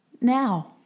Now